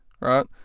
right